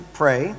pray